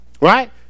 Right